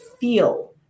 feel